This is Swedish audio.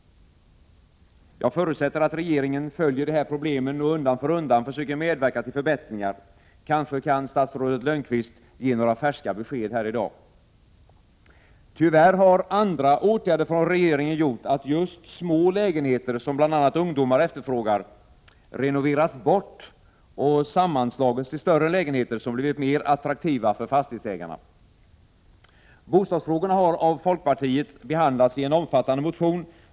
Jag förutsätter att regeringen följer de här problemen och undan för undan försöker medverka till förbättringar. Kanske kan statsrådet Lönnqvist ge några färska besked här i dag? Tyvärr har andra åtgärder från regeringen gjort att just små lägenheter som bl.a. ungdomar efterfrågar ”renoverats bort” och sammanslagits till större lägenheter, som blivit mer attraktiva för fastighetsägarna. Bostadsfrågorna har av folkpartiet behandlats i en omfattande motion.